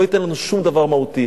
זה לא ייתן לנו שום דבר מהותי.